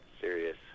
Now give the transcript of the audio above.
serious